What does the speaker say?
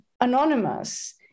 anonymous